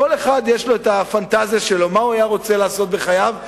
כל אחד יש לו את הפנטזיה שלו מה הוא היה רוצה לעשות בחייו הפוליטיים.